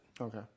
Okay